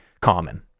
common